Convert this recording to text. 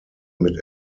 mit